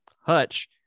Hutch